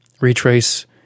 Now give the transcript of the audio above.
Retrace